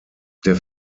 der